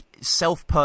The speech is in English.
self